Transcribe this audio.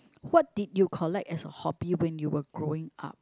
what did you collect as a hobby when you were growing up